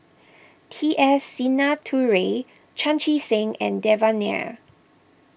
T S Sinnathuray Chan Chee Seng and Devan Nair